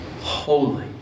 holy